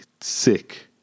Sick